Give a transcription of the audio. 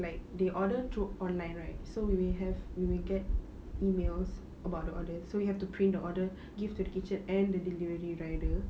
like they order through online right so we we have we will get emails about the orders so you have to print the order give to the kitchen and the delivery rider